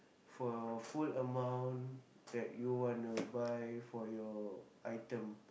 for full amount that you want to buy for your item